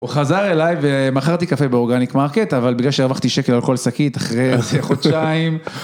הוא חזר אליי ומכרתי קפה באורגניק מרקט אבל בגלל שהרווחתי שקל על כל שקית אחרי חודשיים.